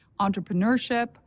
entrepreneurship